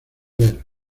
ver